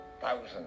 Thousands